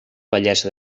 bellesa